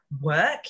work